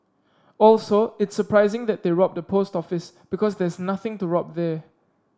also it's surprising that they robbed a post office because there's nothing to rob there